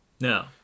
No